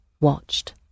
watched